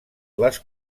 les